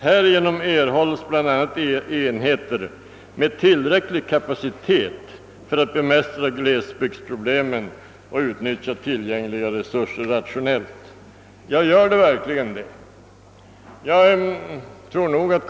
Härigenom erhålls bl.a. enheter med tillräcklig kapacitet för att bemästra glesbygdsproblemen och utnyttja tillgängliga resurser rationellt.» Ja, gör det verkligen det?